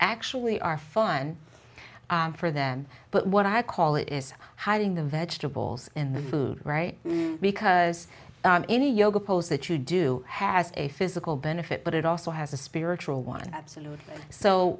actually are fun for them but what i call it is hiding the vegetables and the food right because any yoga pose that you do has a physical benefit but it also has a spiritual one absolutely so